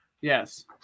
Yes